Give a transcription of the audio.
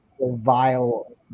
vile